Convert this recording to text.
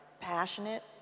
passionate